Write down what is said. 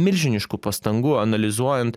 milžiniškų pastangų analizuojant